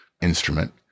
instrument